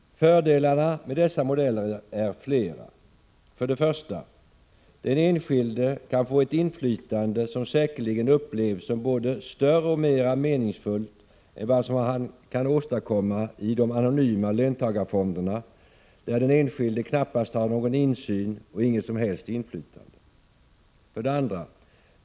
Fördelarna med dessa modeller är flera. 1. Den enskilde kan få ett inflytande som säkerligen upplevs som både större och mera meningsfullt än vad som kan åstadkommas i de anonyma löntagarfonderna, där den enskilde knappast har någon insyn och inget som helst inflytande. 2.